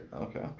okay